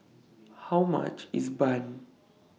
How much IS Bun